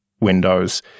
Windows